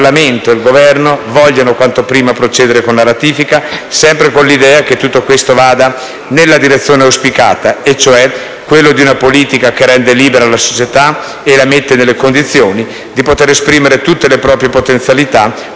il Parlamento e il Governo vogliano quanto prima procedere con la ratifica, sempre con l'idea che tutto questo vada nella direzione auspicata, cioè quella di una politica che rende libera la società e la mette nelle condizioni di poter esprimere tutte le proprie potenzialità,